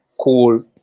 Cool